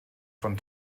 von